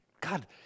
God